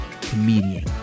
comedian